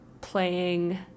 playing